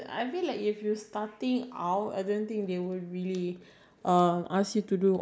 they need to correct somethings I think that takes effort later you you have